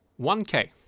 1K